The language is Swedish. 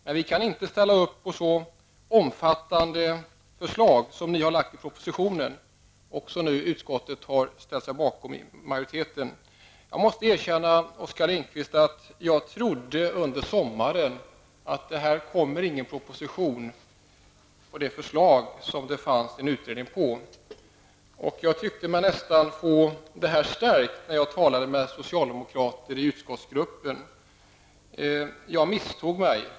Men vi kan inte ställa upp på så omfattande förslag som de som ni lägger fram i propositionen och som utskottsmajoriteten har ställt sig bakom. Jag måste erkänna, Oskar Lindkvist, att jag i somras trodde att det inte skulle komma någon proposition med anledning av de förslag och den utredning som har varit. Jag tyckte nog att jag stärktes i den tanken efter att ha talat med socialdemokrater i utskottsgruppen. Men jag misstog mig.